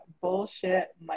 bullshit